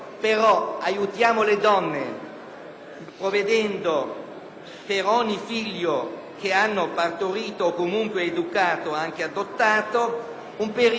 prevedendo per ogni figlio che hanno partorito o comunque educato, anche adottato, un periodo da detrarre